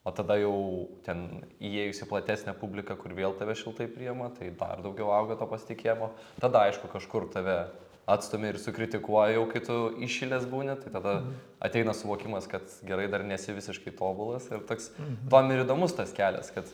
o tada jau ten įėjus į platesnę publiką kur vėl tave šiltai priema tai dar daugiau auga to pasitikėjimo tada aišku kažkur tave atstumia ir sukritikuoja jau kai tu įšilęs būni tai tada ateina suvokimas kad gerai dar nesi visiškai tobulas ir toks tuom ir įdomus tas kelias kad